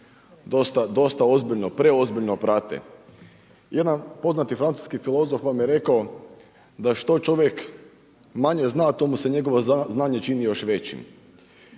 dosta ozbiljno, preozbiljno prate. Jedan poznati francuski filozof vam je rekao da što čovjek manje zna to mu se njegovo znanje čini još većim.